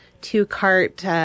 two-cart